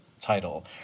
title